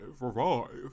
revive